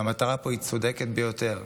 והמטרה פה היא הצודקת ביותר,